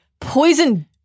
poison